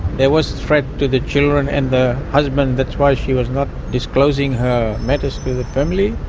there was threat to the children and the husband, that's why she was not disclosing her matters to the family.